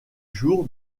jour